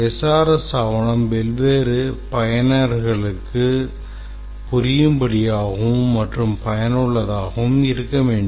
SRS ஆவணம் வெவ்வேறு பயனர்களுக்குப் புரியும்படியாகயும் மற்றும் பயனுள்ளதாகவும் இருக்க வேண்டும்